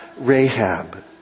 Rahab